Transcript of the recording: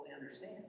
understand